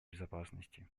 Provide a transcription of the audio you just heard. безопасности